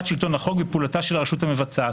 שלטון החוק בפעולתה של הרשות המבצעת.